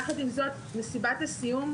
יחד עם זאת, מסיבת הסיום,